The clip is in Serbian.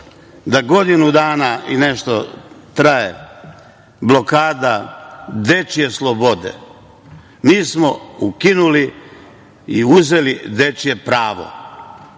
da godinu dana i nešto traje blokada dečije slobode mi smo ukinuli i uzeli dečije pravo.